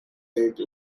take